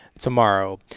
tomorrow